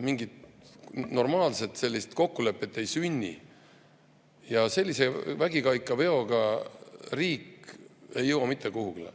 Mingit normaalset kokkulepet ei sünni. Ja sellise vägikaikaveoga riik ei jõua mitte kuhugi.